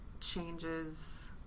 changes